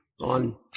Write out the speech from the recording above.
on